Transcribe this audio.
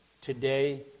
today